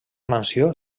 mansió